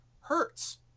hurts